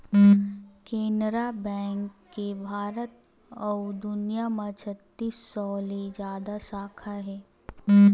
Canara bank के भारत अउ दुनिया म छत्तीस सौ ले जादा साखा हे